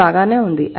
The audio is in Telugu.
ఇది బాగానే ఉంది